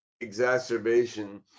exacerbation